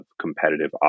competitive